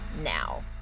now